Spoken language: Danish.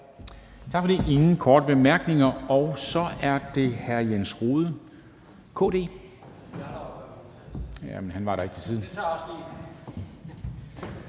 Der er ingen korte bemærkninger. Og så er det hr. Jens Rohde, KD.